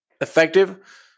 effective